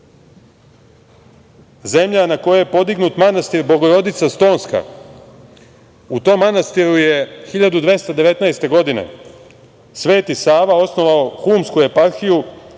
zemlja na kojoj je podignut manastir Bogorodica Stonska? U tom manastiru je 1219. godine Sveti Sava osnovao humsku eparhiju